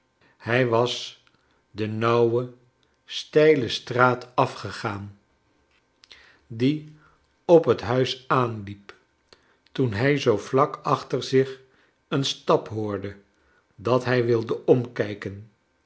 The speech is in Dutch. hij was de nauwe steile straat afgegaan die op het huis aanliep toen hij zoo vlak achter zich een stap hoorde dat hij wilde omkijken